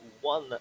One